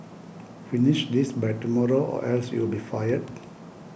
finish this by tomorrow or else you'll be fired